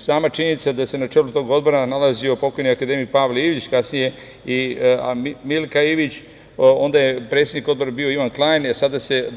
Sama činjenica da se na čelu tog Odbora nalazio pokojni akademik Pavle Ilić, kasnije i Milka Ilić, onda je predsednik Odbora bio Ivan Klajn, a sada se